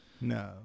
No